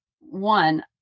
one